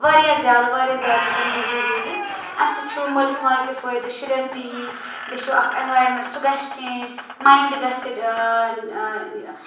واریاہ زیادٕ واریاہ زیادٕ ہیکَن بِزی روٗزِتھ اَمہِ سۭتۍ چھُ مٲلِس ماجہِ تہِ فٲیِدٕ شُرین تہِ یی بیٚیہِ چھُ اَکھ اینٛوایَرمینٛٹ سُہ گَژھِ چینٛج مایِنٛڈ گَژھِ